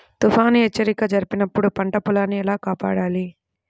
తుఫాను హెచ్చరిక జరిపినప్పుడు పంట పొలాన్ని ఎలా కాపాడాలి?